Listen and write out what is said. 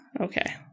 Okay